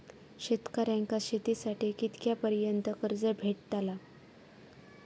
शेतकऱ्यांका शेतीसाठी कितक्या पर्यंत कर्ज भेटताला?